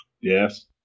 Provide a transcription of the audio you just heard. Yes